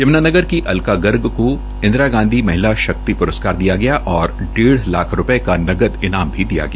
यम्नानगर की अल्का गर्ग को इंदिरा गांधी महिला शक्ति प्रसकार दिया गया और डेढ़ लाख रूपये का नकद ईनाम भी दिया गया